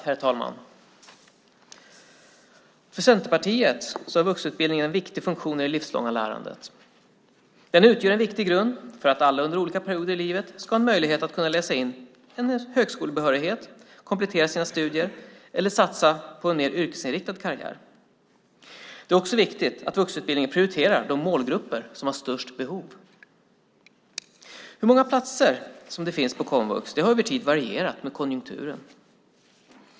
Herr talman! För Centerpartiet har vuxenutbildningen en viktig funktion i det livslånga lärandet. Den utgör en viktig grund för att alla under olika perioder i livet ska ha en möjlighet att läsa in en högskolebehörighet, komplettera sina studier eller satsa på en mer yrkesinriktad karriär. Det är också viktigt att vuxenutbildningen prioriterar de målgrupper som har störst behov. Hur många platser det finns på komvux har över tid varierat med konjunkturen.